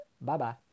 Bye-bye